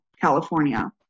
California